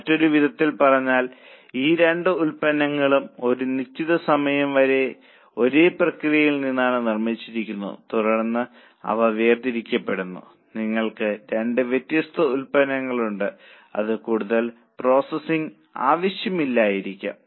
മറ്റൊരു വിധത്തിൽ പറഞ്ഞാൽ ഈ രണ്ട് ഉൽപ്പന്നങ്ങളും ഒരു നിശ്ചിത സമയം വരെ ഒരേ പ്രക്രിയയിൽ നിന്നാണ് നിർമ്മിച്ചിരിക്കുന്നത് തുടർന്ന് അവ വേർതിരിക്കപ്പെടുന്നു നിങ്ങൾക്ക് രണ്ട് വ്യത്യസ്ത ഉൽപ്പന്നങ്ങളുണ്ട് അത് കൂടുതൽ പ്രോസസ്സിംഗ് ആവശ്യമില്ലായിരിക്കാം